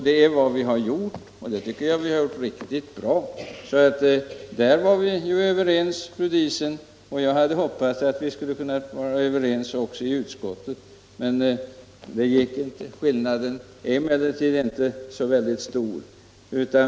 Det är vad vi har gjort, och det tycker jag vi har gjort riktigt bra. På den punkten var vi ju överens i utredningen, fru Diesen, och jag hade hoppats att vi skulle kunna vara överens också i utskottet. Men det gick inte. Skillnaden är inte så stor.